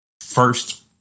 First